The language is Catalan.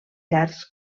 llargs